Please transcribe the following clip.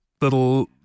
little